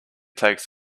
takes